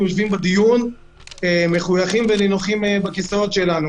יושבים בדיון מחויכים ונינוחים בכיסאות שלנו.